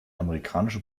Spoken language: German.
amerikanische